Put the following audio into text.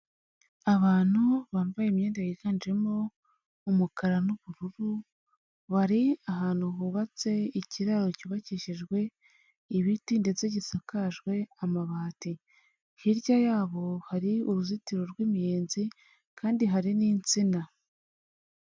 Abantu bambaye imyenda yiganjemo umukara n'ubururu bari ahantu hubatse ikiraro cyubakishijwe ibiti ndetse gisakajwe amabati, hirya yabo hari uruzitiro rw'imiyenzi kandi hari n'insina.